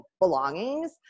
belongings